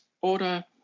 order